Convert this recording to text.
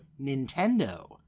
Nintendo